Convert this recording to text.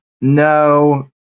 no